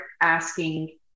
asking